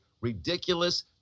ridiculous